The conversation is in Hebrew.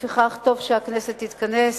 לפיכך, טוב שהכנסת תתכנס